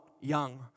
Young